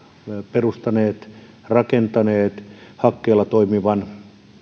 perustaneet rakentaneet hakkeella toimivan